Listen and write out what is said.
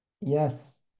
Yes